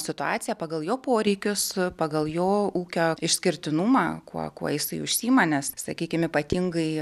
situaciją pagal jo poreikius pagal jo ūkio išskirtinumą kuo kuo jisai užsiima nes sakykim ypatingai